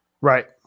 right